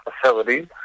facilities